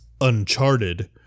Uncharted